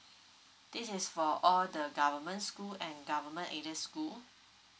this is for all the government school and government elite school